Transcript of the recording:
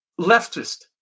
leftist